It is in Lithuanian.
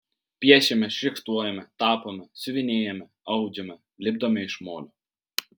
piešiame štrichuojame tapome siuvinėjame audžiame lipdome iš molio